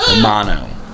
Mono